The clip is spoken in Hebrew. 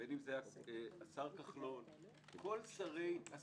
בין אם זה היה השר כחלון, כל השרים הרלוונטיים,